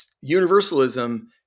universalism